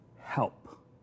help